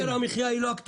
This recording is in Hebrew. יוקר המחיה, היא לא הכתובת.